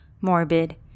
morbid